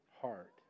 heart